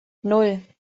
nan